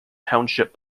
township